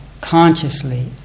consciously